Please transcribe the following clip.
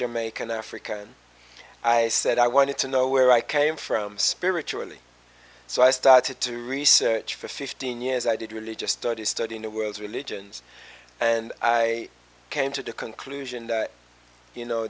make an african i said i wanted to know where i came from spiritually so i started to research for fifteen years i did really just study studying the world's religions and i came to the conclusion that you know